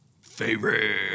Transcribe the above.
Favorite